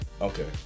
Okay